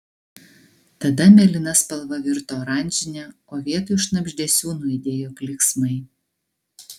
tada mėlyna spalva virto oranžine o vietoj šnabždesių nuaidėjo klyksmai